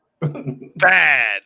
Bad